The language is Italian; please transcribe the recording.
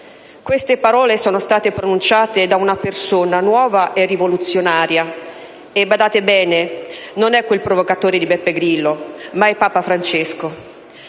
Queste parole sono state pronunciate da una persona nuova e rivoluzionaria e, badate bene, non è quel provocatore di Beppe Grillo, ma è Papa Francesco.